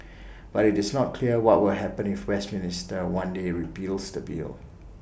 but IT is not clear what will happen if Westminster one day repeals the bill